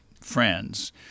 friends